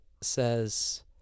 says